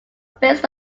based